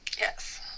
yes